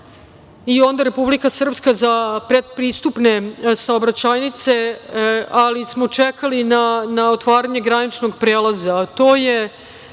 i onda Republika Srpska za predpristupne saobraćajnice, ali smo čekali na otvaranje graničnog prelaza.